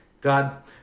God